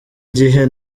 gihe